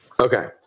Okay